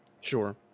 Sure